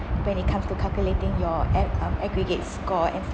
when it comes to calculating your app um aggregate score and